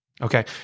Okay